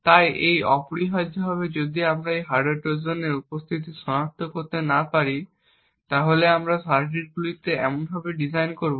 তাই অপরিহার্যভাবে যদি আমরা একটি হার্ডওয়্যার ট্রোজানের উপস্থিতি সনাক্ত করতে না পারি তাহলে আমরা সার্কিটগুলিকে এমনভাবে ডিজাইন করব